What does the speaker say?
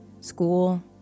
School